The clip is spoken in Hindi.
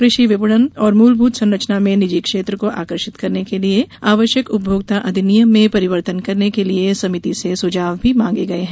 कृषि विपणन और मूलभूत संरचना में निजी क्षेत्र को आकर्षित करने के लिए आवश्यक उपभोक्ता अधिनियम में परिवर्तन करने के लिए समिति से सुझाव भी मांगे गये हैं